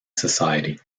society